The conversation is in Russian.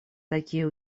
такие